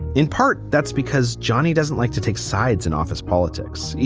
in part, that's because johnny doesn't like to take sides in office politics. yeah